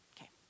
Okay